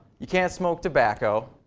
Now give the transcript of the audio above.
you can't smoke tobacco.